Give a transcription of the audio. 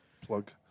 Plug